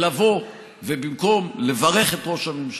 לבוא, ובמקום לברך את ראש הממשלה,